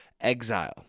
exile